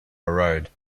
road